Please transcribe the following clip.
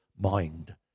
mind